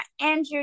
Andrew